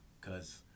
cause